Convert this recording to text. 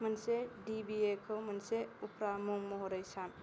मोनसे डीबीए खौ मोनसे उफ्रा मुं महरै सान